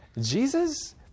Jesus